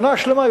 שנה שלמה,